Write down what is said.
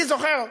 אני זוכר,